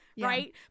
Right